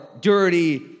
dirty